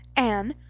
anne,